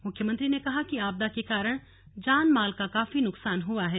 मुख्यमंत्री ने कहा कि आपदा के कारण जानमाल का काफी नुकसान हुआ है